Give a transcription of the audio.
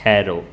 केरो